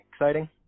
exciting